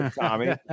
Tommy